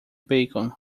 bacon